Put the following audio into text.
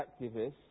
activists